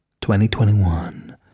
2021